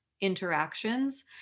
interactions